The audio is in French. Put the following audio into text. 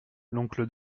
l’oncle